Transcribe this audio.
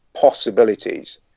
possibilities